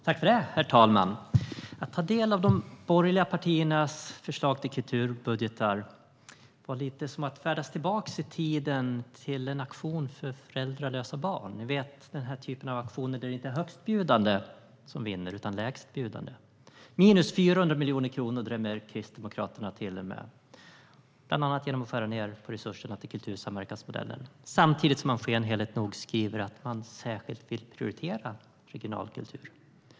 Herr talman! Att ta del av de borgerliga partiernas förslag till kulturbudget var lite som att färdas tillbaka i tiden till en auktion för föräldralösa barn - den typen av auktion, ni vet, där det inte är högstbjudande som vinner utan lägstbjudande. Minus 400 miljoner kronor drämmer Kristdemokraterna till med, bland annat genom att skära ned på resurserna till kultursamverkansmodellen, samtidigt som de skenheligt nog skriver att de särskilt vill prioritera regionalkultur.